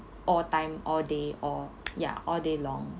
or time or day or ya all day long